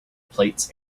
plates